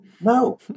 no